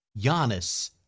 Giannis